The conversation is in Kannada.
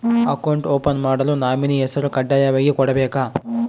ಅಕೌಂಟ್ ಓಪನ್ ಮಾಡಲು ನಾಮಿನಿ ಹೆಸರು ಕಡ್ಡಾಯವಾಗಿ ಕೊಡಬೇಕಾ?